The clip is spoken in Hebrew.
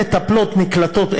מטפלות נקלטות,